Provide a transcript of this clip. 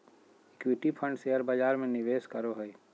equity fund share बजार में निवेश करो हइ